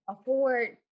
afford